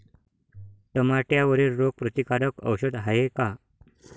टमाट्यावरील रोग प्रतीकारक औषध हाये का?